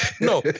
No